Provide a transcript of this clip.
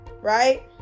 right